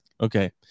Okay